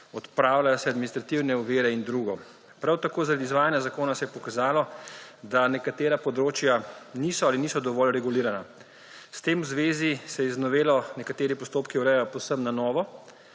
odpravljajo se administrativne ovire in drugo. Prav tako se je z izvajanjem zakona pokazalo, da nekatera področja niso ali niso dovolj regulirana. S tem v zvezi se z novelo nekateri postopki urejajo povsem na novo.